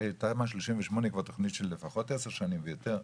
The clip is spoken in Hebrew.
תמ"א 38 היא תכנית של לפחות עשר שנים, ויותר.